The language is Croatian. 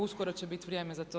Uskoro će biti vrijeme za to.